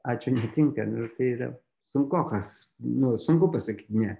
ačiū netinka nu ir tai yra sunkokas nu sunku pasakyt ne